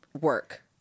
work